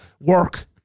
Work